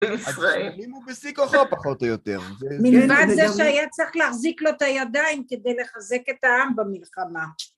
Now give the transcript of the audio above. ...מלבד זה שהיה צריך להחזיק לו את הידיים כדי לחזק את העם במלחמה.